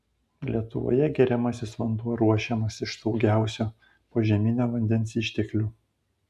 lietuvoje geriamasis vanduo ruošiamas iš saugiausio požeminio vandens išteklių